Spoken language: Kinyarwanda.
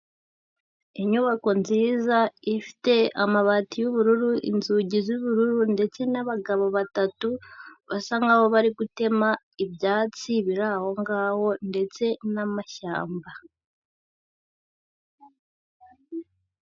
Inyubako nziza ifite amabati yubururu, inzugi zubururu, ndetse n'abagabo batatu basa nk'aho bari gutema ibyatsi biri aho ngaho ndetse n'amashyamba.